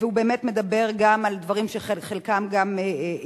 הוא באמת מדבר גם על דברים שחלקם התקיימו,